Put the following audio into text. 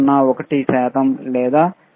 201 శాతం లేదా 0